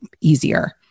easier